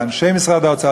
לאנשי משרד האוצר,